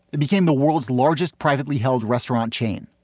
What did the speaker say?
it became the world's largest privately held restaurant chain.